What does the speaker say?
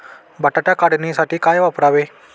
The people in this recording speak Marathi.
बटाटा काढणीसाठी काय वापरावे?